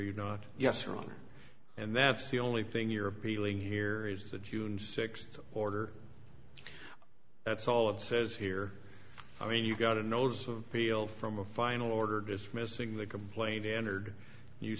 you not yes or on and that's the only thing you're appealing here is the june sixth order that's all it says here i mean you got a notice of appeal from a final order dismissing the complaint entered you